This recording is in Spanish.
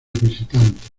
visitantes